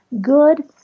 good